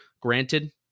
Granted